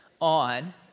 on